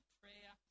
prayer